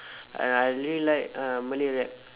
uh I only like uh malay rap